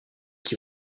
qui